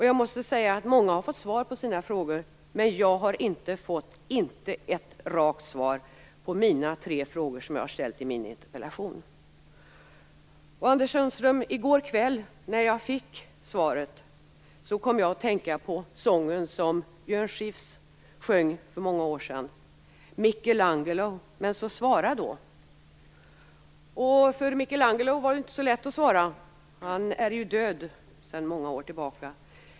Jag måste säga att många har fått svar på sina frågor, men jag har inte fått ett enda rakt svar på de tre frågor som jag ställt i min interpellation. I går kväll när jag fick svaret, Anders Sundström, kom jag att tänka på sången som Björn Skifs sjöng för många år sedan: Michelangelo, men så svara då! För Michelangelo var det inte så lätt att svara. Han är ju död sedan många år tillbaka.